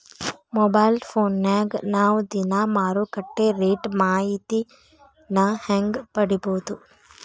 Mobile ಫೋನ್ಯಾಗ ನಾವ್ ದಿನಾ ಮಾರುಕಟ್ಟೆ ರೇಟ್ ಮಾಹಿತಿನ ಹೆಂಗ್ ಪಡಿಬೋದು?